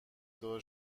دار